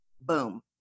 Boom